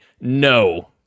no